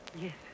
Yes